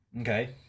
Okay